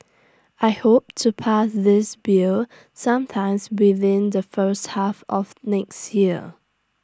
I hope to pass this bill sometimes within the first half of next year